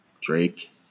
Drake